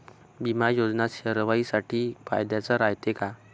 बिमा योजना सर्वाईसाठी फायद्याचं रायते का?